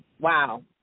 wow